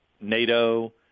NATO